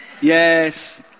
Yes